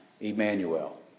Emmanuel